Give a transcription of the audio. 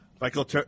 Michael